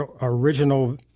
original